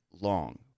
long